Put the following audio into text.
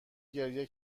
گریه